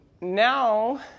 Now